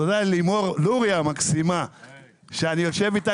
תודה ללימור לוריא המקסימה שאני יושב איתה